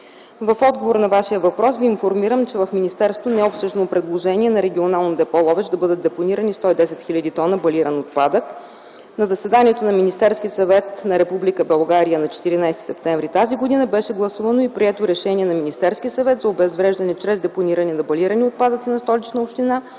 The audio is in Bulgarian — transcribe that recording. В отговор на Вашия въпрос Ви информирам, че в министерството не е обсъждано предложение на Регионално депо – Ловеч, да бъдат депонирани 110 хил. тона балиран отпадък. На заседанието на Министерския съвет на Република България от 14 септември т.г. беше гласувано и прието Решение на Министерския съвет за обезвреждане чрез депониране на балирани отпадъци на Столична община.